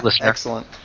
Excellent